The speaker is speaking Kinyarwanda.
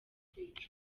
kwicwa